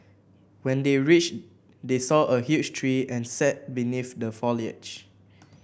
when they reached they saw a huge tree and sat beneath the foliage